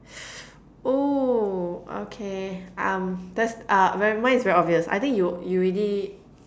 oo okay um that's uh very mine's very obvious I think you you already